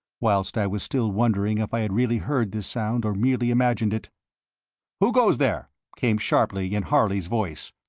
whilst i was still wondering if i had really heard this sound or merely imagined it who goes there? came sharply in harley's voice.